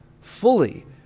fully